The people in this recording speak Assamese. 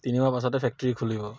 তিনিমাহৰ পাছতে ফেক্টৰী খুলিব